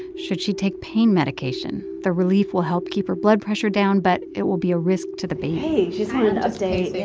should she take pain medication? the relief will help keep her blood pressure down, but it will be a risk to the baby hey, just wanted an update yeah